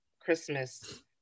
Christmas